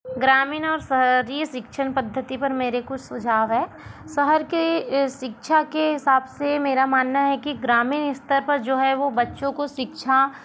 ग्रामीण और शहरी शिक्षण पद्धति पर मेरे कुछ सुझाव है शहर के शिक्षा के हिसाब से मेरा मानना है कि ग्रामीण स्तर पर जो है वो बच्चों को शिक्षा